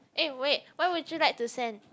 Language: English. eh wait why would you like to send